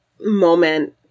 moment